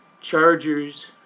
Chargers